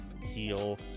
heal